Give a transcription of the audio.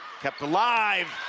kept alive,